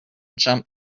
jump